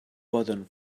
poden